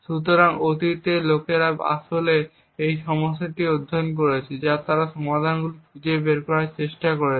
সুতরাং অতীতে লোকেরা আসলে এই সমস্যাটি অধ্যয়ন করেছে এবং তারা সমাধানগুলি খুঁজে বের করার চেষ্টা করেছে